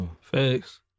Facts